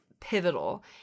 pivotal